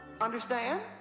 Understand